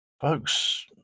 Folks